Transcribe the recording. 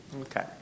Okay